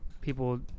people